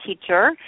teacher